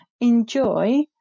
enjoy